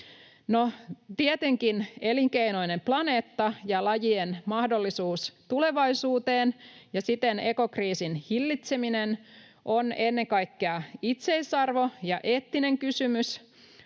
tietenkin elinkelpoinen planeetta ja lajien mahdollisuus tulevaisuuteen ja siten ekokriisin hillitseminen ovat ennen kaikkea itseisarvo ja eettinen kysymys,